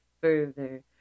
further